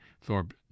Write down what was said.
Thorpe